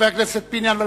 חבר הכנסת פיניאן,